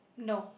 no